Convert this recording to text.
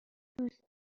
دوست